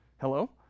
Hello